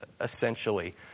essentially